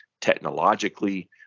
technologically